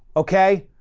okay.